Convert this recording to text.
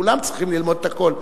כולם צריכים ללמוד את הכול,